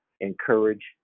encourage